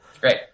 great